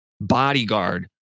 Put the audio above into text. bodyguard